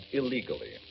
illegally